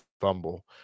fumble